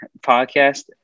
podcast